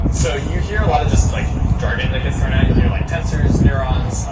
um so you hear a lot of just like jargon that gets thrown out. you'll hear, like, tensors, neurons,